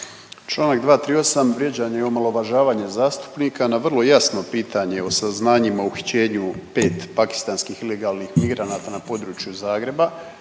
Čl. 238., vrijeđanje i omalovažavanje zastupnika. Na vrlo jasno pitanje o saznanjima o uhićenju 5 pakistanskih ilegalnih migranata na području Zagreba